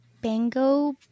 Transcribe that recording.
Bingo